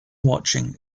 watching